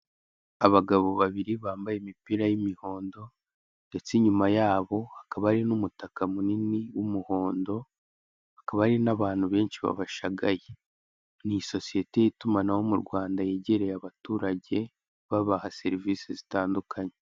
Abagabo babiri bambaye imipira y'imihondo ndetse inyuma yabo hakaba hari n'umutaka munini w'umuhondo, hakaba hari n'abantu benshi babashagaye, ni isosiyete y'itumanaho mu Rwanda yegereye abaturage, babaha serivisi zitandukanye.